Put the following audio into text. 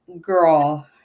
Girl